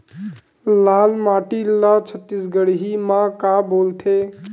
लाल माटी ला छत्तीसगढ़ी मा का बोलथे?